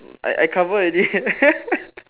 I I cover already